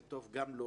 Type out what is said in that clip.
זה טוב גם לו,